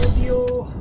you